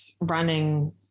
running